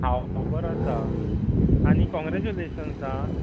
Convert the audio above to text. हांव बरो आसा आनी कॉंग्रेचुलेशन्स आं